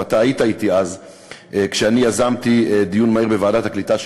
ואתה היית אתי אז כשיזמתי דיון מהיר בוועדת הקליטה של